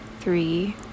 three